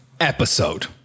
episode